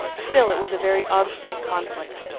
still, it was a very obstinate conflict.